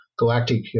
galactic